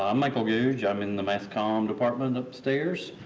ah michael gouge. i'm in the mass comm. department upstairs.